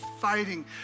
fighting